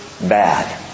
bad